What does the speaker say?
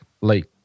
late